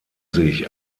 sich